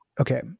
Okay